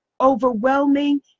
overwhelming